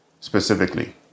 specifically